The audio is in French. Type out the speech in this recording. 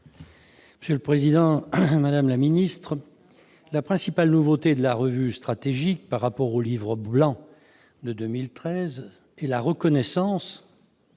M. Rachel Mazuir. Madame la ministre, la principale nouveauté de la revue stratégique par rapport au Livre blanc de 2013 est la reconnaissance-